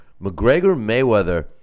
McGregor-Mayweather